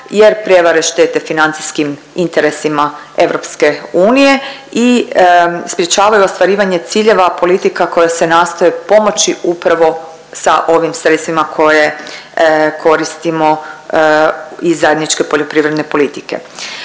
jer prijevare štete financijskim interesima EU i sprječavaju ostvarivanje ciljeva politika koje se nastoje pomoći upravo sa ovim sredstvima koje koristimo iz zajedničke poljoprivredne politike.